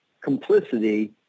complicity